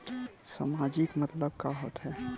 सामाजिक मतलब का होथे?